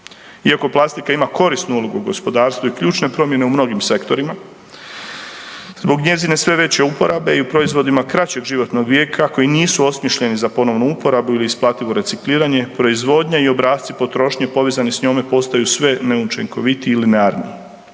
Iako plastika ima korisnu ulogu u gospodarstvu i ključne promjene u mnogim sektorima zbog njezine sve veće uporabe i u proizvodima kraćeg životnog vijeka koji nisu osmišljeni za ponovnu uporabu ili isplativo recikliranje proizvodnja i obrasci potrošnje povezani s njome postaju sve neučinkovitnije ili